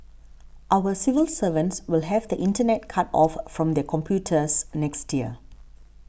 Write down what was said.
our civil servants will have the Internet cut off from their computers next year